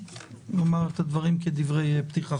לומר את הדברים כדברי פתיחה.